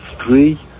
three